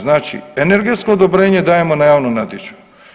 Znači energetsko odobrenje dajemo na javnom natječaju.